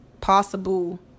possible